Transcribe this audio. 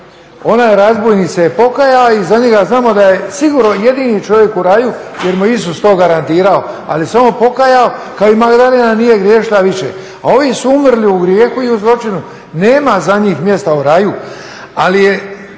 Onaj razbojnik se pokajao i za njega znamo da je sigurno jedini čovjek u raju jer mu je Isus to garantirao ali se on pokajao kao i Magdalena nije griješila više. A ovi su umrli u grijehu i u zločinu, nema za njih mjesta u raju.